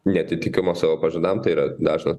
neatitikimo savo pažadam tai yra dažna